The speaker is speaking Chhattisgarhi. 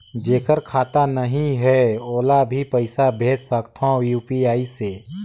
जेकर खाता नहीं है ओला भी पइसा भेज सकत हो यू.पी.आई से?